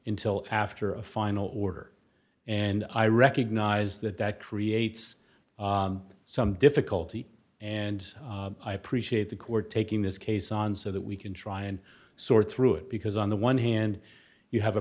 until after a final order and i recognize that that creates some difficulty and i appreciate the court taking this case on so that we can try and sort through it because on the one hand you have a